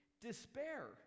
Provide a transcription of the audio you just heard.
despair